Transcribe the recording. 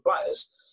players